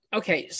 okay